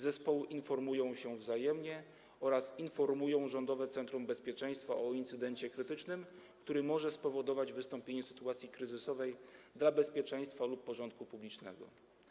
Zespoły informują się wzajemnie oraz informują Rządowe Centrum Bezpieczeństwa o incydencie krytycznym, który może spowodować wystąpienie sytuacji kryzysowej dla bezpieczeństwa lub porządku publicznego.